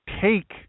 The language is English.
take